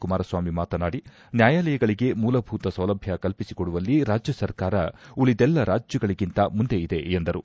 ಕುಮಾರಸ್ವಾಮಿ ಮಾತನಾಡಿ ನ್ಯಾಯಾಲಯಗಳಿಗೆ ಮೂಲಭೂತ ಸೌಲಭ್ಯ ಕಲ್ಪಿಸಿಕೊಡುವಲ್ಲಿ ರಾಜ್ಯ ಸರ್ಕಾರ ಉಳಿದೆಲ್ಲ ರಾಜ್ಯಗಳಿಗಿಂತ ಮುಂದೆ ಇದೆ ಎಂದರು